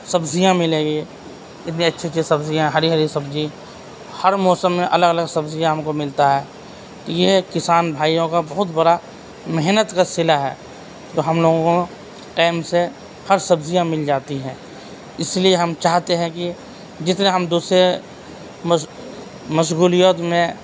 سبزیاں مِلے گی کتنی اچھی اچھی سبزیاں ہری ہری سبزی ہر موسم میں الگ الگ سبزیاں ہم کو مِلتا ہے یہ کسان بھائیوں کا بہت بُرا محنت کا صلہ ہے تو ہم لوگوں کو ٹائم سے ہر سبزیاں مِل جاتی ہیں اِس لیے ہم چاہتے ہیں کہ جتنے ہم دوسرے مشغولیت میں